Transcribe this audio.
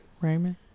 Raymond